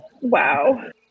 wow